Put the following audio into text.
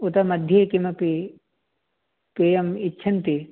उत मध्ये किमपि पेयम् इच्छन्ति